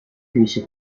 finisce